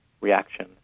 reaction